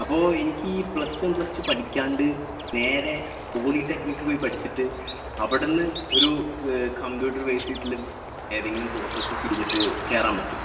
അപ്പോൾ എനിക്കീ plus one plus two പഠിക്കാണ്ട് നേരെ പോളിടെക്നിക്ക് പോയി പഠിച്ചിട്ട് അവിടെനിന്ന് ഒരു കമ്പ്യൂട്ടർ ബേസ് ചെയ്തിട്ടുള്ള ഏതെങ്കിലും കോഴ്സസ് ചെയ്തിട്ട് കയറാൻ പറ്റുമോ